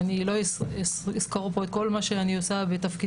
אני לא אסקור פה את כל מה שאני עושה בתפקידי,